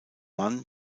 mann